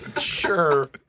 Sure